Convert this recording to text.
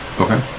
Okay